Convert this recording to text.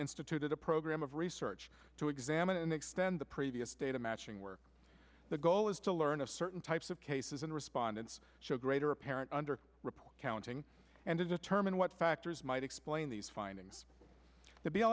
instituted a program of research to examine and extend the previous data matching where the goal is to learn of certain types of cases and respondents show greater apparent under report counting and to determine what factors might explain these findings t